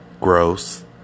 Gross